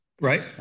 Right